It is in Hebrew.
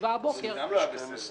בישיבה בבוקר --- זה גם לא היה בסדר.